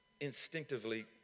instinctively